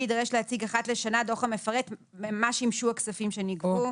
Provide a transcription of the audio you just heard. יידרש להציג אחת לשנה דוח המפרט למה שימשו הכספים שנגבו.